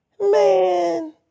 Man